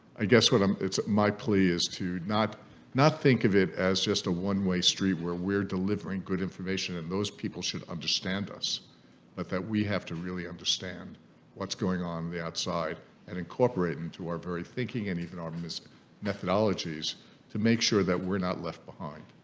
i guess what i'm it's my plea is to not not think of it as just a one-way street where we're delivering good information and those people should understand us but that we have to really understand what's going on the outside and incorporate into our very thinking and and mis methodologies to make sure that we're not left behind